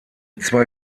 zwei